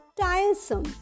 tiresome